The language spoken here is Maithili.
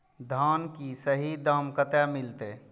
धान की सही दाम कते मिलते?